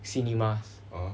cinemas